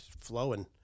flowing